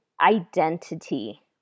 identity